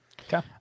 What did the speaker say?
Okay